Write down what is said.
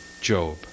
Job